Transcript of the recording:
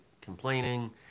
complaining